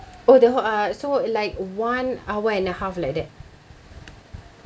oh the whole uh so like one hour and a half like that